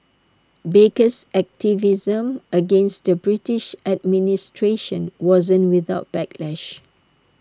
baker's activism against the British administration wasn't without backlash